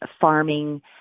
farming